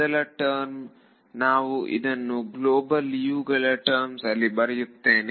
ಮೊದಲ ಟರ್ಮ್ ನಾವು ಇದನ್ನು ಗ್ಲೋಬಲ್ ಗಳ ಟರ್ಮ್ಸ್ ಅಲ್ಲಿ ಬರೆಯುತ್ತೇವೆ